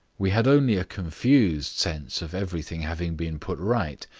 we had only a confused sense of everything having been put right,